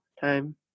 time